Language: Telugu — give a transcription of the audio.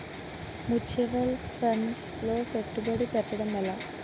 ముచ్యువల్ ఫండ్స్ లో పెట్టుబడి పెట్టడం ఎలా?